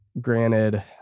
granted